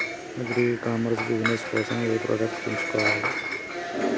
Agri e commerce business కోసము ఏ products ఎంచుకోవాలి?